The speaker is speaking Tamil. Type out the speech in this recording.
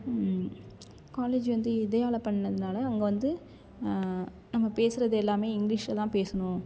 காலேஜ் வந்து வித்யாலவில் பண்ணதுனால் அங்கே வந்து நம்ம பேசுறது எல்லாம் இங்கிலிஷில் தான் பேசணும்